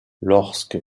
lorsque